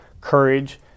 courage